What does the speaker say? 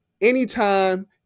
anytime